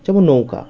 যেমন নৌকা